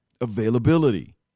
Availability